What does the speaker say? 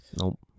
Nope